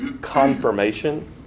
confirmation